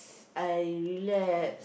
I relax